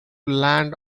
land